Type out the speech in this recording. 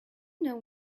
know